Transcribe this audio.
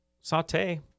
saute